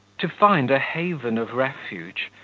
to find a haven of refuge,